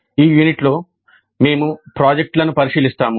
ఈ యూనిట్లో మేము ప్రాజెక్టులను పరిశీలిస్తాము